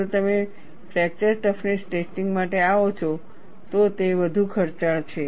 જો તમે fracture toughness testing માટે આવો છો તો તે વધુ ખર્ચાળ છે